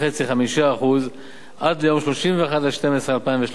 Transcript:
5% עד ליום 31 בדצמבר 2013,